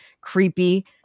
creepy